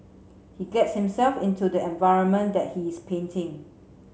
he gets himself into the environment that he's painting